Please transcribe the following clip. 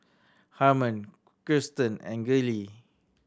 Harman Kirsten and Gillie